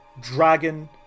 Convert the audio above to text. dragon